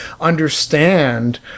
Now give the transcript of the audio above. understand